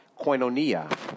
koinonia